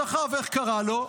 אז אחאב, איך קרא לו?